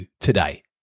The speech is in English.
today